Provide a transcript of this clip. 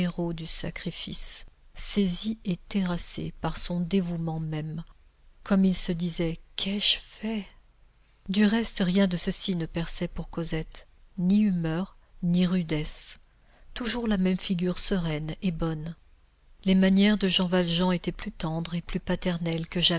du sacrifice saisi et terrassé par son dévouement même comme il se disait qu'ai-je fait du reste rien de ceci ne perçait pour cosette ni humeur ni rudesse toujours la même figure sereine et bonne les manières de jean valjean étaient plus tendres et plus paternelles que